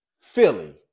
philly